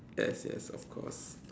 yes yes of course